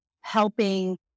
helping